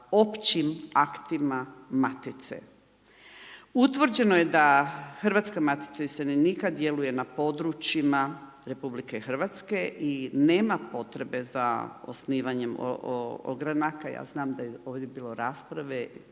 općim aktima matice. Utvrđeno je da Hrvatska matica iseljenika djeluje na područjima RH i nema potrebe za osnivanjem ogranaka, ja znam da je ovdje bilo rasprave